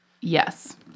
Yes